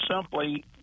simply